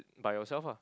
by yourself ah